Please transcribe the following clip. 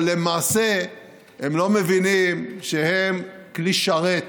אבל למעשה הם לא מבינים שהם כלי שרת